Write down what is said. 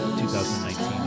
2019